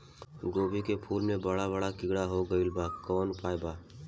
गोभी के फूल मे बड़ा बड़ा कीड़ा हो गइलबा कवन उपाय बा?